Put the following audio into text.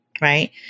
Right